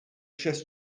chess